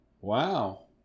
Wow